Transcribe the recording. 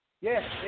Yes